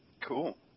Cool